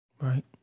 right